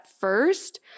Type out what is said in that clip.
first